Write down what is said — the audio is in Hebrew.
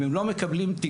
אם הם לא מקבלים תגמור,